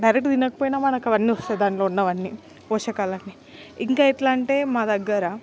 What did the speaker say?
direct తినకపోయిన మనకు అవన్నొస్తయి దానిలో ఉన్నవన్ని పోషకాలన్ని ఇంకా ఎట్లాంటే మా దగ్గర